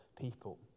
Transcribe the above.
people